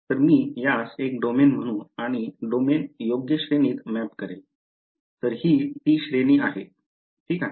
तर मी यास एक डोमेन म्हणू आणि डोमेन योग्य श्रेणीत मॅप करेल तर हि ती श्रेणी आहे ठीक आहे